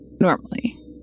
normally